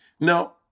no